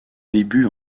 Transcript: débuts